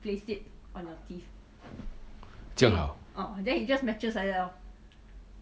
这样好